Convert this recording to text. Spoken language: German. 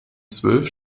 zwölf